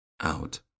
out